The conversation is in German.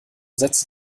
sätze